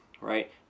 right